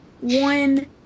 one